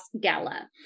Gala